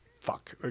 Fuck